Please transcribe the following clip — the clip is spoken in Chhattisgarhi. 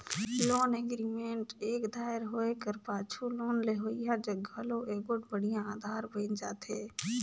लोन एग्रीमेंट एक धाएर होए कर पाछू लोन लेहोइया जग घलो एगोट बड़िहा अधार बइन जाथे